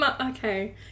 okay